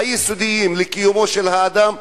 היסודיים לקיומו של האדם,